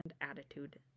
attitude